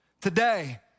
Today